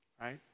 right